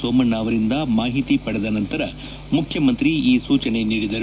ಸೋಮಣ್ಣ ಅವರಿಂದ ಮಾಹಿತಿ ಪಡೆದ ನಂತರ ಮುಖ್ಯಮಂತ್ರಿ ಈ ಸೂಚನೆ ನೀಡಿದರು